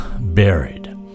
buried